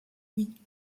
oui